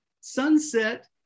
sunset